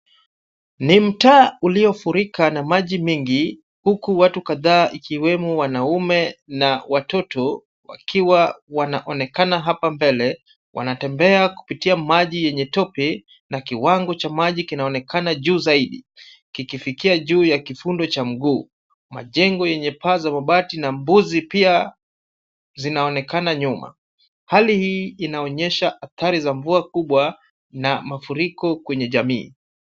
Ni mtaa uliofurika na maji mingi, huku watu kadhaa ikiwemo wanaume na watoto wakiwa wanaonekana hapa mbele, wanatembea kupitia maji yenye tope, na kiwango cha maji kinaonekana juu zaidi, kikifikia juu ya kifundo cha mguu. Majengo yenye paa ya mabati na mbuzi pia zinaonekana nyuma. Hali hii inaonyesha athari za mvua kubwa na mafuriko kwenye jamii.